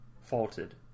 faulted